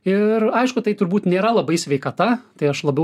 ir aišku tai turbūt nėra labai sveikata tai aš labiau